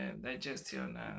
digestion